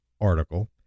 article